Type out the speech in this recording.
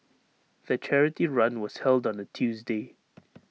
the charity run was held on A Tuesday